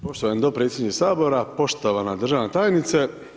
Poštovani dopredsjedniče Sabora, poštovana državna tajnice.